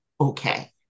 okay